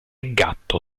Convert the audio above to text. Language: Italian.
gatto